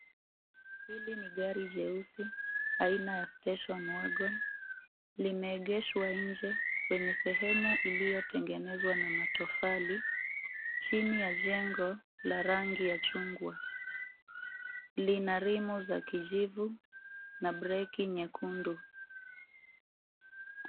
Hili ni gari jeusi, aina ya Station Wagon, limeegeshwa nje, kwenye sehemu iliyotengenezwa na matofali, chini ya jengo la rangi ya chungwa. Lina rimu za kijivu na breki nyekundu.